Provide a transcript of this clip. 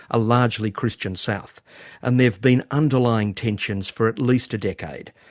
a largely christian south and there've been underlying tensions for at least a decade.